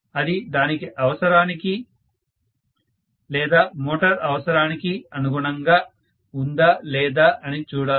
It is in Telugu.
అది దాని అవసరానికి లేదా మోటార్ అవసరానికి అనుగుణంగా ఉందా లేదా అని చూడాలి